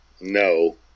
no